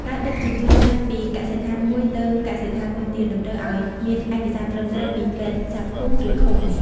ការដឹកជញ្ជូនសត្វពីកសិដ្ឋានមួយទៅកសិដ្ឋានមួយទៀត តម្រូវឱ្យមានឯកសារត្រឹមត្រូវពីពេទ្យសត្វភូមិ ឬឃុំ។